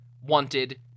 wanted